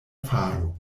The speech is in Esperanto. faro